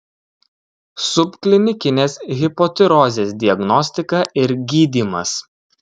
subklinikinės hipotirozės diagnostika ir gydymas